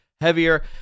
heavier